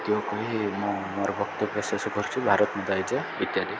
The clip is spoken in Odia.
ଏତିକ କହି ମୁଁ ମୋର ବକ୍ତବ୍ୟ ଶେଷ କରୁଛି ଭାରତ ମାତା କି ଜୟ ଇତ୍ୟାଦି